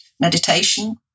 meditation